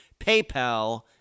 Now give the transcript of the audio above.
PayPal